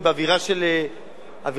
באווירה של בחירות,